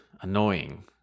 annoying